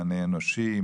מענה אנושי,